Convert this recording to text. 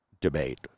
debate